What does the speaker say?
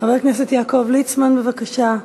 חבר הכנסת יעקב ליצמן, בבקשה.